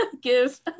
Give